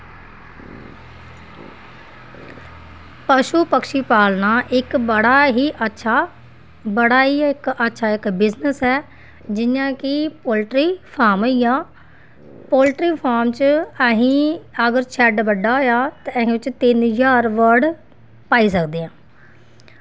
पशु पक्षी पालना इक बड़ा ही अच्छा बड़ा गै अच्छा इक बिज़नस ऐ जियां कि पोल्ट्री फार्म होइय़ा पोल्ट्री फार्म बिच्च अस अगर शैड्ड बैड्ड होआ अस बिच्च तिन्न ज्हार बर्ड़ पाई सकनें आं